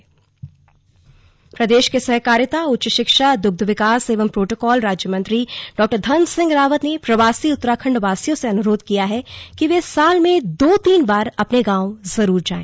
slug व्यापार मेला दिल्ली प्रदेश के सहकारिता उच्च शिक्षा दृग्ध विकास एवं प्रोटोकॉल राज्यमंत्री डॉधन सिंह रावत ने प्रवासी उत्तराखण्डवासियों से अनुरोध किया कि वे साल में दो तीन बार अपने गांव जरूर जाएं